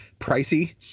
pricey